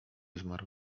zmarł